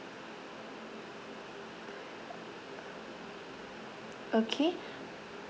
okay